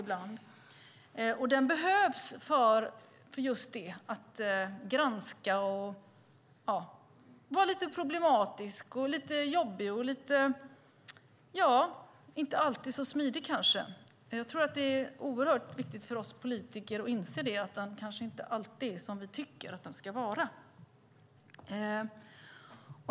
Kulturen behövs för att granska, vara lite problematisk och lite jobbig och inte alltid så smidig. Det är oerhört viktigt för oss politiker att inse att kulturen inte alltid är som vi tycker att den ska vara.